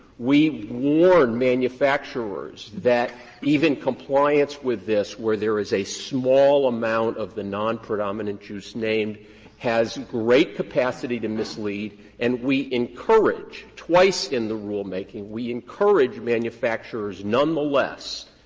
we warn manufacturers that even compliance with this, where there is a small amount of the non-predominant juice name has great capacity to mislead and we encourage twice in the rulemaking, we encourage manufacturers, nonetheless,